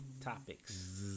topics